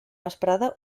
vesprada